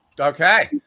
Okay